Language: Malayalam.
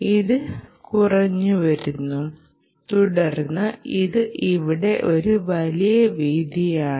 ഇത് കുറഞ്ഞു വരുന്നു തുടർന്ന് ഇത് ഇവിടെ ഒരു വലിയ വീതിയാണ്